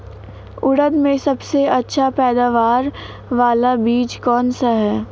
उड़द में सबसे अच्छा पैदावार वाला बीज कौन सा है?